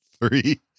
Three